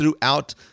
throughout